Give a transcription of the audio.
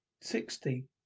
sixty